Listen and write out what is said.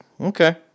Okay